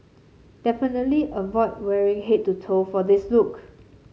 definitely avoid wearing head to toe for this look